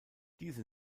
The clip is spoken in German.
diese